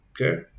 okay